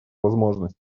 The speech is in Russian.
возможность